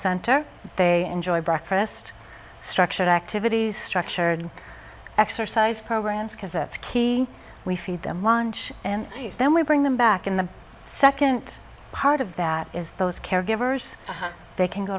center they enjoy breakfast structured activities structured exercise programs because that's key we feed them lunch and then we bring them back in the second part of that is those caregivers they can go